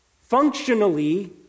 functionally